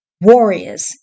warriors